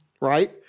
right